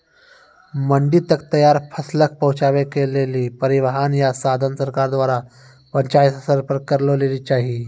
मंडी तक तैयार फसलक पहुँचावे के लेल परिवहनक या साधन सरकार द्वारा पंचायत स्तर पर करै लेली चाही?